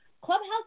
Clubhouse